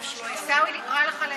עיסאווי, כן.